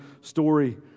story